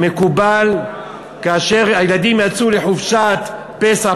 מקובל שכאשר הילדים יצאו לחופשת הפסח,